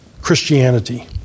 Christianity